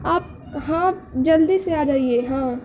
آپ ہاں جلدی سے آ جائیے ہاں